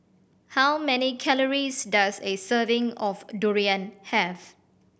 how many calories does a serving of durian have